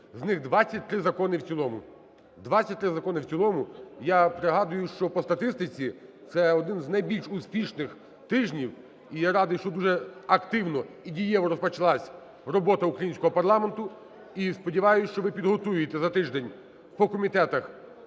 23 закони в цілому. Я пригадую, що по статистиці це один з найбільш успішних тижнів. І я радий, що дуже активно і дієво розпочалась робота українського парламенту. І сподіваюсь, що ви підготуєте за тиждень по комітетах